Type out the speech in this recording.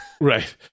right